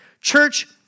Church